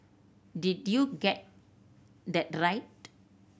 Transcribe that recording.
did you get that right